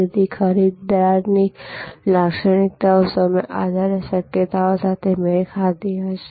તેથી ખરીદદારની લાક્ષણિકતાઓ સમય આધારિત શક્યતાઓ સાથે મેળ ખાતી હશે